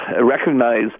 recognize